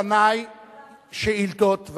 לפנַי שאילתות,